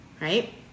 right